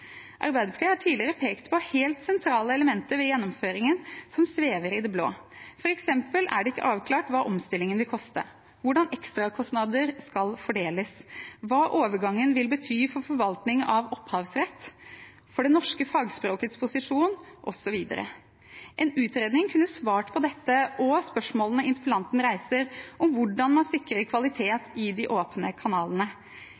Arbeiderpartiet har tidligere pekt på helt sentrale elementer ved gjennomføringen, som svever i det blå. For eksempel er det ikke avklart hva omstillingen vil koste, hvordan ekstrakostnader skal fordeles, hva overgangen vil bety for forvaltning av opphavsrett for det norske fagspråkets posisjon osv. En utredning kunne svart på dette og på spørsmålene interpellanten reiser om hvordan man sikrer